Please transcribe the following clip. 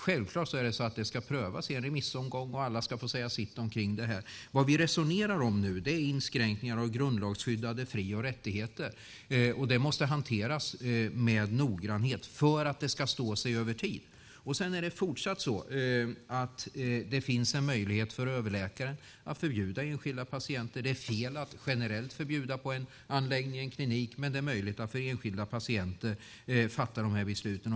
Självklart ska det prövas i en remissomgång, och alla ska få säga sitt omkring detta. Vad vi resonerar om nu är inskränkningar av grundlagsskyddade fri och rättigheter. Det måste hanteras med noggrannhet för att det ska stå sig över tid. Sedan är det fortsatt så att det finns en möjlighet för överläkaren att förbjuda det här för enskilda patienter. Det är fel att generellt förbjuda på en anläggning eller klinik, men det är möjligt att för enskilda patienter fatta de här besluten.